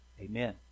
Amen